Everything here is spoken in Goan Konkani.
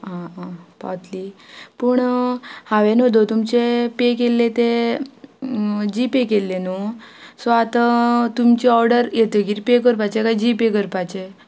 आं आं पावतली पूण हांवेन तुमचे पे केल्ले तें जी पे केल्ले न्हू सो आतां तुमची ऑर्डर येतगीर पे करपाचे काय जी पे करपाचे